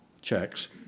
checks